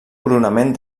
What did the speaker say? coronament